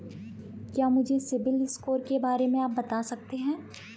क्या मुझे CIBIL score के बारे में आप बता सकते हैं?